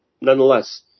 nonetheless